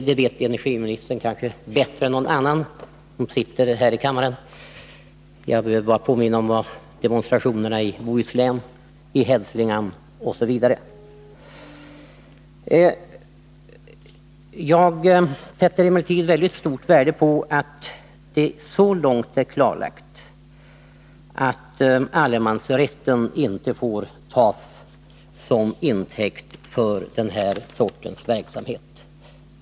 Det vet kanske energiministern bättre än någon annan som sitter här i kammaren. Jag behöver bara påminna om demonstrationerna i bl.a. Bohuslän och Hälsingland. Jag sätter mycket stort värde på att det genom statsrådet Petris svar är klarlagt att allemansrätten inte får tas till intäkt för denna verksamhet.